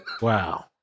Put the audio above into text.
Wow